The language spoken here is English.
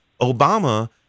Obama